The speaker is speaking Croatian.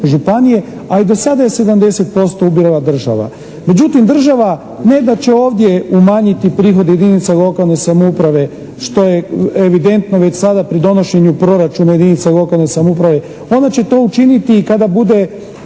a i do sada je 70% ubirala država. Međutim, država ne da će ovdje umanjiti prihode jedinica lokalne samouprave što je evidentno već sada pri donošenju proračuna jedinica lokalne samouprave, ona će to učiniti i kada bude